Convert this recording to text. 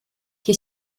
qui